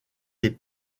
des